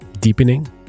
deepening